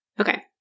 Okay